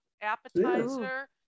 appetizer